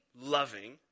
loving